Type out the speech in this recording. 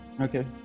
Okay